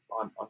on